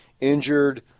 Injured